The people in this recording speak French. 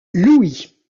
louis